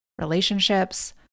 relationships